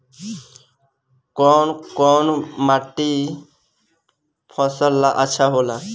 कौन कौनमाटी फसल ला अच्छा होला?